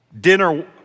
dinner